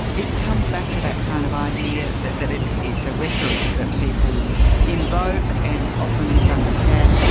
it comes back to that kind of idea that that it's it's a rhetoric that people invoke and offered misunderstand.